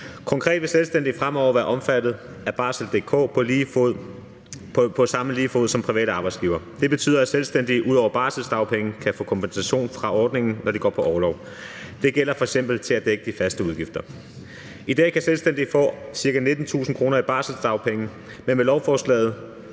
Konkret vil selvstændige fremover være omfattet af Barsel.dk på lige fod med private arbejdsgivere. Det betyder, at selvstændige ud over barselsdagpenge kan få kompensation fra ordningen, når de går på orlov. Det gælder f.eks. til at dække de faste udgifter. I dag kan selvstændige få ca. 19.000 kr. i barselsdagpenge, men med lovforslaget